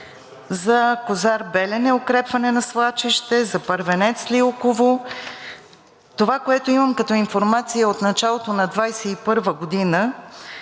за Козар Белене – укрепване на свлачище, и за Първенец – Лилково. Това, което имам като информация от началото на 2021 г. за